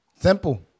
Simple